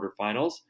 quarterfinals